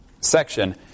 section